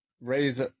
raise